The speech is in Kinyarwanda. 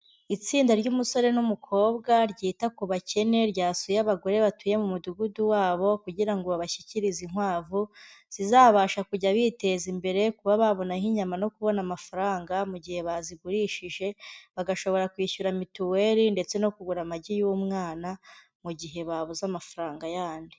Itsinda ry'umusore n'umukobwa ryita ku bakene ryasuye abagore batuye mu mudugudu wabo kugira ngo babashyikirize inkwavu zizabasha kujya biteza imbere, kuba babona nk'inyama no kubona amafaranga mu gihe bazigurishije bagashobora kwishyura mituweri ndetse no kugura amagi y'umwana mu gihe babuze amafaranga yandi.